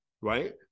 Right